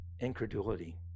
incredulity